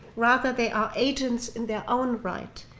rather they are agents in their own right,